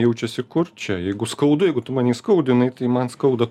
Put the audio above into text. jaučiasi kur čia jeigu skaudu jeigu tu mane įskaudinai tai man skauda